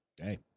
Hey